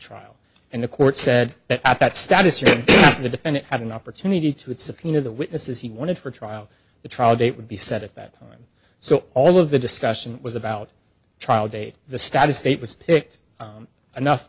trial and the court said that at that status or the defendant had an opportunity to it subpoena the witnesses he wanted for trial the trial date would be set at that time so all of the discussion was about trial date the status date was picked enough